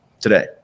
today